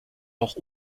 auch